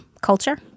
culture